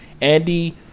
Andy